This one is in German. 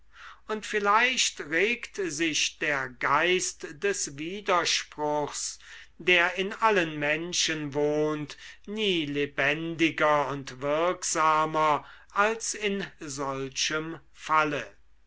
und vielleicht regt sich der geist des widerspruchs der in allen menschen wohnt nie lebendiger und wirksamer als in solchem falle